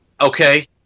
okay